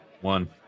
One